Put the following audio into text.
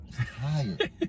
tired